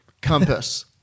compass